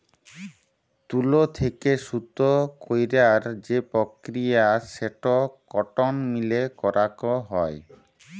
তুলো থেক্যে সুতো কইরার যে প্রক্রিয়া সেটো কটন মিলে করাক হয়